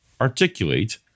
articulate